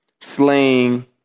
slaying